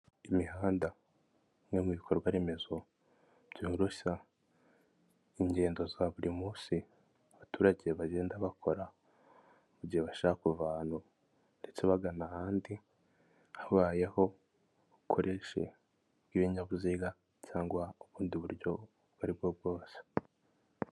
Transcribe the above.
Imihanda, imwe mu bikorwa remezo byoroshya ingendo za buri munsi, abaturage bagenda bakora mu gihe bashaka kuva ahantu ndetse bagana ahandi, habayeho ubukoreshe bw'ibinyabiziga cyangwa ubundi buryo ubwo ari bwo bwose.